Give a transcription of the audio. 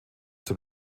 dem